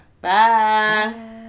Bye